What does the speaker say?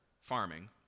farming